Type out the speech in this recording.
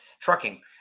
trucking